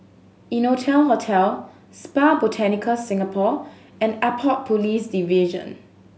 Innotel Hotel Spa Botanica Singapore and Airport Police Division